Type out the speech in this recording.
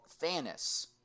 Thanos